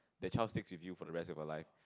the child stick with you for the rest of your life